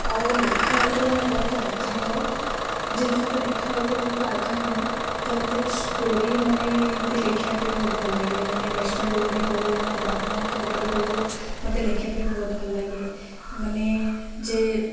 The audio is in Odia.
ଆଉ ଲେଖା ଉପରେ ମୁଁ ବହୁତ ଆଗ୍ରହ ଯେହେତୁ ମୋତେ ଲେଖା ଉପରେ ବହୁତ ଆଗ୍ରହ ତ ମୋତେ ଷ୍ଟୋରୀ ମାନେ ଏମତି ଲେଖିବା ପାଇଁ ବହୁତ ଭଲ ଲାଗେ ମାନେ ବେଷ୍ଟ ଫ୍ରେଣ୍ଡ ଉପରେ ହେଉ ନହେଲେ ବାପା ମାଆଙ୍କ ଉପରେ ହେଉ ମୋତେ ଲେଖିବା ପାଇଁ ବହୁତ ଭଲ ଲାଗେ ମାନେ ଯେ